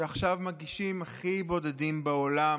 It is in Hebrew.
שעכשיו מרגישים הכי בודדים בעולם.